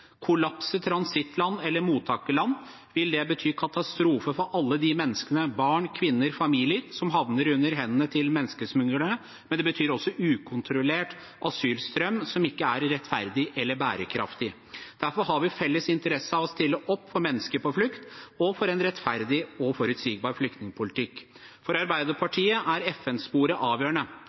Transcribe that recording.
transittland eller mottakerland vil bety katastrofe for alle de menneskene – barn, kvinner, familier – som havner i hendene på menneskesmuglere, men det betyr også en ukontrollert asylstrøm, som ikke er rettferdig eller bærekraftig. Derfor har vi felles interesse av å stille opp for mennesker på flukt og for en rettferdig og forutsigbar flyktningpolitikk. For Arbeiderpartiet er FN-sporet avgjørende.